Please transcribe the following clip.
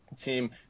team